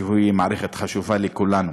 שזו מערכת חשובה לכולנו.